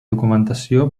documentació